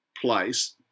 place